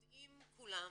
יודעים כולם,